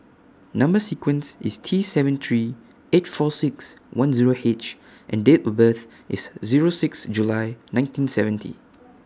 Number sequence IS T seven three eight four six one Zero H and Date of birth IS Zero six July nineteen seventy